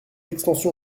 extension